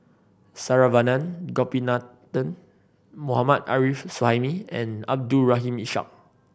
Saravanan Gopinathan Mohammad Arif Suhaimi and Abdul Rahim Ishak